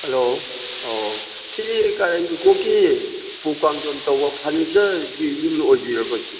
hello ꯑꯥꯎ ꯁꯤ ꯀꯥꯏꯔꯦꯟꯕꯤꯈꯣꯛꯀꯤ ꯎꯄꯨ ꯀꯥꯡꯊꯣꯟ ꯇꯧꯕ ꯐꯔꯅꯤꯆꯔꯒꯤ ꯌꯨꯝ ꯑꯣꯏꯕꯤꯔꯕꯣ ꯁꯤꯕꯣ